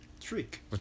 trick